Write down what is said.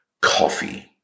coffee